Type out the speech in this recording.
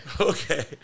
Okay